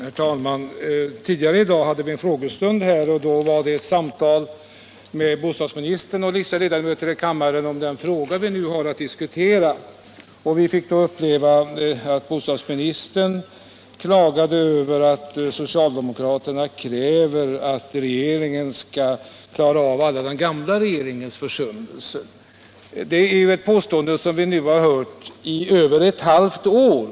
Herr talman! Tidigare i dag hade vi en frågestund, och då fördes ett samtal mellan bostadsministern och vissa ledamöter av kammaren i den fråga vi nu har att diskutera. Vi fick därvid uppleva att bostadsministern klagade över att socialdemokraterna kräver att den nya regeringen skall klara av alla den gamla regeringens försummelser. Sådana påståenden har vi nu hört i över ett halvt år.